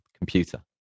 Computer